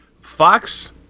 Fox